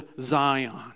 Zion